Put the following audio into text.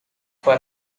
for